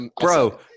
Bro